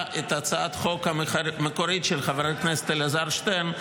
את הצעת החוק המקורית של חבר הכנסת אלעזר שטרן,